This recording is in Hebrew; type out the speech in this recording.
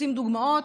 רוצים דוגמאות?